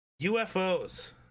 UFOs